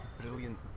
brilliant